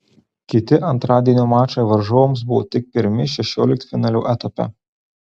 kiti antradienio mačai varžovams buvo tik pirmi šešioliktfinalio etape